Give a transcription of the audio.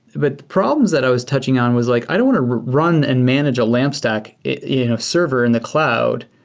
but the problems that i was touching on was like i don't want to run and manage a lamp stack you know server in the cloud,